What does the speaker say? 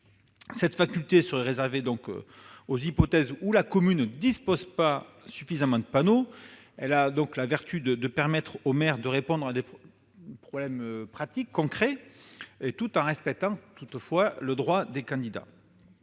telle faculté serait réservée aux hypothèses où la commune ne dispose pas de suffisamment de panneaux. Elle présenterait le mérite de permettre aux maires de répondre à des problèmes concrets, tout en respectant le droit des candidats.